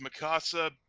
Mikasa